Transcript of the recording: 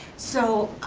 so